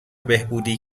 بهبودی